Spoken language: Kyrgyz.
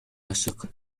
ашык